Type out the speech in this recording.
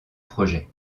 projet